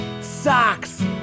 Socks